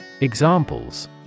Examples